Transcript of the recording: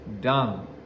done